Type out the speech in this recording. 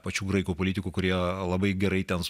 pačių graikų politikų kurie labai gerai ten